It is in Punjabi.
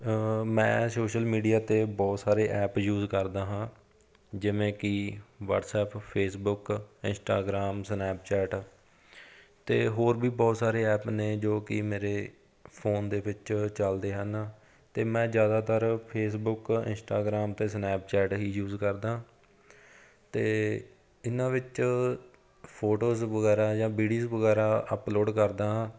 ਮੈਂ ਸੋਸ਼ਲ ਮੀਡੀਆ 'ਤੇ ਬਹੁਤ ਸਾਰੇ ਐਪ ਯੂਜ਼ ਕਰਦਾ ਹਾਂ ਜਿਵੇਂ ਕਿ ਵੱਟਸਅਐਪ ਫੇਸਬੁੱਕ ਇੰਸਟਾਗ੍ਰਾਮ ਸਨੈਪਚੈਟ ਅਤੇ ਹੋਰ ਵੀ ਬਹੁਤ ਸਾਰੇ ਐਪ ਨੇ ਜੋ ਕਿ ਮੇਰੇ ਫੋਨ ਦੇ ਵਿੱਚ ਚਲਦੇ ਹਨ ਅਤੇ ਮੈਂ ਜ਼ਿਆਦਾਤਰ ਫੇਸਬੁੱਕ ਇੰਸਟਾਗ੍ਰਾਮ ਅਤੇ ਸਨੈਪਚੈਟ ਹੀ ਯੂਜ਼ ਕਰਦਾ ਅਤੇ ਇਹਨਾਂ ਵਿੱਚ ਫੋਟੋਜ਼ ਵਗੈਰਾ ਜਾਂ ਵੀਡੀਜ਼ ਵਗੈਰਾ ਅਪਲੋਡ ਕਰਦਾ ਹਾਂ